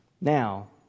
Now